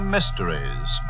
Mysteries